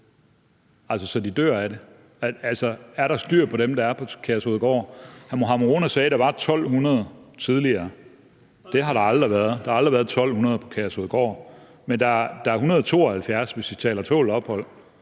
altså, så de dør af det. Er der styr på dem, der er på Kærshovedgård? Hr. Mohammad Rona sagde, at der var 1.200 tidligere. Det har der aldrig været. Der har aldrig været 1.200 på Kærshovedgård, men der er 172, hvis vi taler tålt ophold